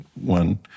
one